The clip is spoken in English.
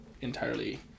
entirely